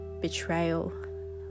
betrayal